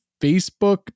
Facebook